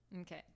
Okay